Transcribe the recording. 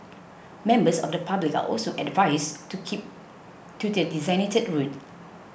members of the public are also advised to keep to the designated route